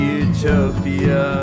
utopia